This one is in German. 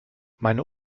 meine